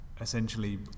essentially